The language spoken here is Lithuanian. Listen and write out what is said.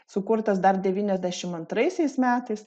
sukurtas dar devyniasdešimt antraisiais metais